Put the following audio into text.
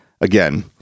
again